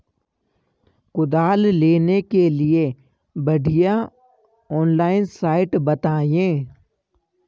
कुदाल लेने के लिए बढ़िया ऑनलाइन साइट बतायें?